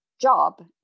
job